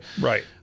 Right